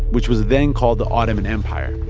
which was then called the ottoman empire